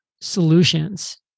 solutions